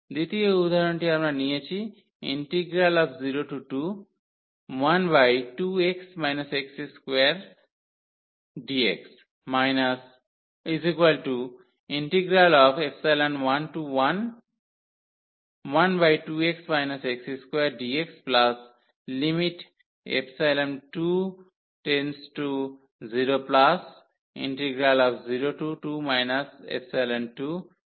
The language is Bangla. দ্বিতীয় উদাহরণটি আমরা নিয়েছি 02dx2x x211dx2x x2 2012 2dx2x x2